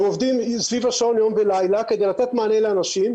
הם עובדים סביב השעון יום ולילה כדי לתת מענה לאנשים,